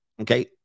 Okay